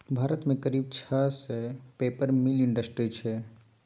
भारत मे करीब छह सय पेपर मिल इंडस्ट्री छै